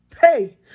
hey